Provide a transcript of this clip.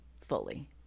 fully